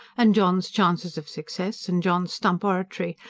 and john's chances of success, and john's stump oratory,